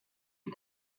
ihr